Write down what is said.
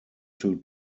two